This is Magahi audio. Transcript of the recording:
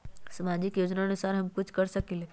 सामाजिक योजनानुसार हम कुछ कर सकील?